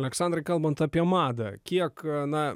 aleksandrai kalbant apie madą kiek a na